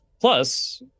plus